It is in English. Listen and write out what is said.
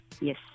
yes